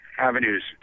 avenues